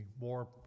more